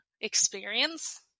experience